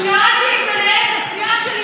את זה הוא אוהב לשמוע, רק שנייה.